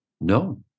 No